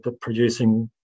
producing